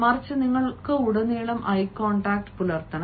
മറിച്ച് നിങ്ങൾക്ക് ഉടനീളം ഐ കോൺടാക്ട് പുലർത്തണം